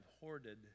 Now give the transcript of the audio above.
hoarded